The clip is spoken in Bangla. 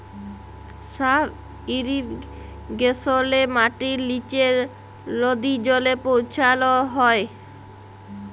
সাব ইরিগেশলে মাটির লিচে লদী জলে পৌঁছাল হ্যয়